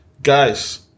Guys